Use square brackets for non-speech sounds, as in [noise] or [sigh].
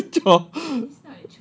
[laughs] chore